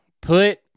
Put